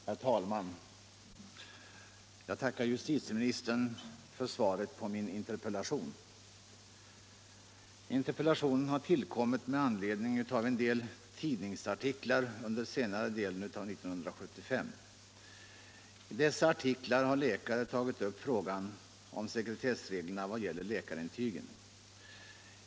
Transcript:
Herr talman! Jag tackar justitieministern för svaret på min interpellation. Interpellationen har tillkommit med anledning av en del tidningsartiklar under senare delen av 1975. I dessa artiklar har läkare tagit upp frågan om sekretessreglerna vad gäller läkarintygen.